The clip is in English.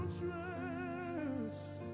Trust